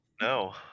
No